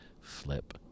Flip